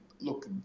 look